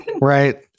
right